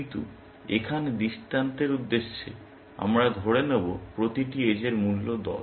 কিন্তু এখানে দৃষ্টান্তের উদ্দেশ্যে আমরা ধরে নেব প্রতিটি এজের মূল্য 10